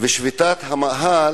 ושביתת המאהלים,